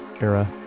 era